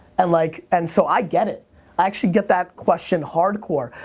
and like and so, i get it. i actually get that question hardcore.